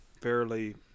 Fairly